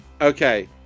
Okay